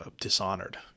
Dishonored